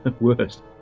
Worst